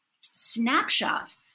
snapshot